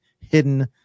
hidden